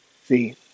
See